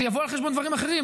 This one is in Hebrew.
זה יבוא על חשבון דברים אחרים.